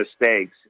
mistakes